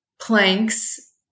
planks